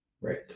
Right